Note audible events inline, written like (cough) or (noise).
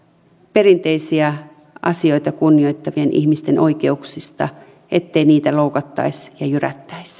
perinteisiä asioita kunnioittavien ihmisten oikeuksista ettei niitä loukattaisi (unintelligible) ja jyrättäisi (unintelligible)